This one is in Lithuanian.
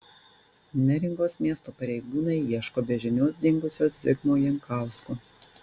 neringos miesto pareigūnai ieško be žinios dingusio zigmo jankausko